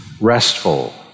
restful